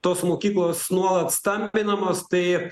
tos mokyklos nuolat stambinamos tai